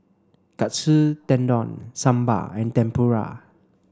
Katsu Tendon Sambar and Tempura